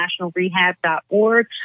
nationalrehab.org